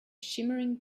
shimmering